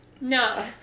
No